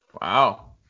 Wow